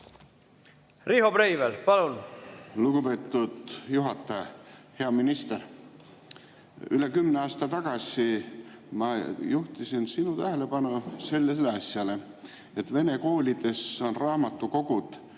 Riho Breivel, palun!